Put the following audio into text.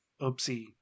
oopsie